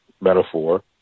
metaphor